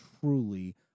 truly